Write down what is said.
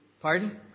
Pardon